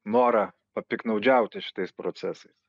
norą papiktnaudžiauti šitais procesais